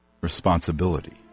responsibility